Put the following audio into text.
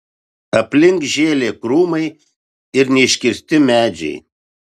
aplink žėlė krūmai ir neiškirsti medžiai